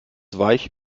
weich